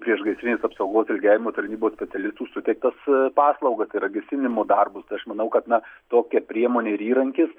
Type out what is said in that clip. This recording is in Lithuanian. priešgaisrinės apsaugos ir gelbėjimo tarnybos specialistų suteiktas paslaugas tai yra gesinimo darbus tai aš manau kad na tokia priemonė ir įrankis